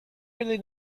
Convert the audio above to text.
really